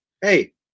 hey